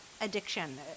addiction